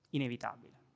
inevitabile